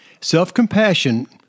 Self-compassion